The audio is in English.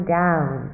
down